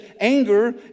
anger